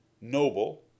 noble